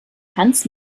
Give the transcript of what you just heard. hans